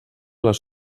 les